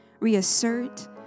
reassert